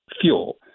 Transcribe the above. fuel